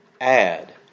add